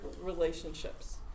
relationships